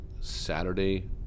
Saturday